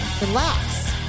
relax